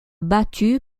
battu